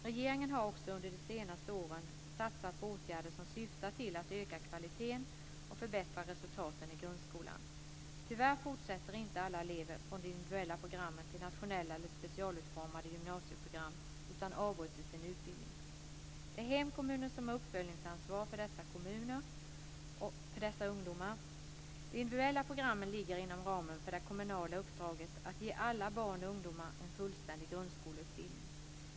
Regeringen har också under de senaste åren satsat på åtgärder som syftar till att öka kvaliteten och förbättra resultaten i grundskolan. Tyvärr fortsätter inte alla elever från de individuella programmen till nationella eller specialutformade gymnasieprogram utan avbryter sin utbildning. Det är hemkommunen som har uppföljningsansvaret för dessa ungdomar. De individuella programmen ligger inom ramen för det kommunala uppdraget att ge alla barn och ungdomar en fullständig grundskoleutbildning.